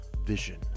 vision